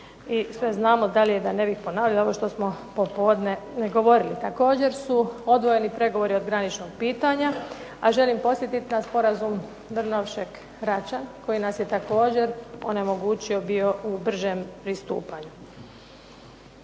sve znamo dalje da ne bi ponavljali ovo što smo popodne govorili. Također su odvojeni pregovori oko graničnog pitanja, a želim podsjetiti na sporazum Drnovšek – Račan koji nas je također onemogućio bio u bržem pristupanju.